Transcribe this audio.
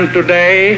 today